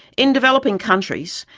in developing countries,